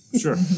Sure